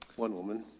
one woman,